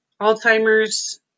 Alzheimer's